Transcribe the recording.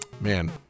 man